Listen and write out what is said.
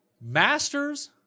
Masters